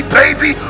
baby